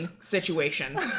situation